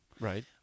Right